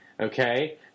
Okay